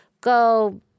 Go